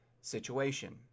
situation